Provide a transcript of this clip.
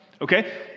Okay